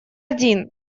один